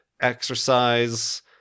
exercise